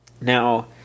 Now